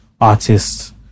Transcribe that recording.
artists